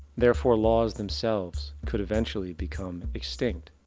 therefore laws themselves could eventually become extinct.